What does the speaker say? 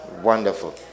wonderful